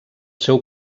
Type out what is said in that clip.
seu